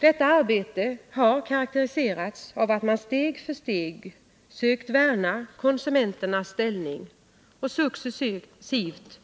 Detta arbete har karakteriserats av att man steg för steg sökt värna konsumenternas ställning och successivt